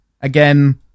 again